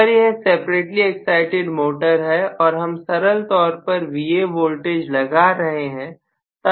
अगर यह separately excited motor है और हम सरल तौर पर Va वोल्टेज लगा रहे हैं